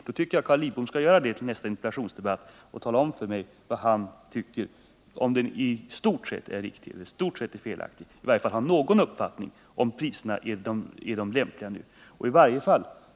Jag tycker Carl Lidbom skall skaffa sig sådant underlag till nästa interpellationsdebatt och tala om för mig vad han tycker — om prisnivån i stort sett är riktig eller i stort sett felaktig eller i varje fall om han har någon uppfattning om priserna är de lämpliga i det aktuella läget.